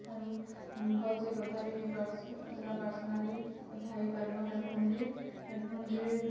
ଆରୁ ଭଲ୍ ସେ କଥା ବି ହେଇପାର୍ସି ଆର୍ ସେଟା ପର୍ସନାଲି କଥା ହେଇପାରିବ ହେଡ଼୍ ଫୋନ୍ରେ ହେଡ଼୍ ଫୋନ୍ରେ